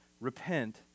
Repent